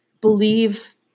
believe